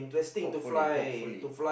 hopefully hopefully